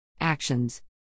Actions